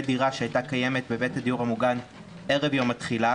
דירה שהייתה קיימת בבית הדיור המוגן ערב יום התחילה,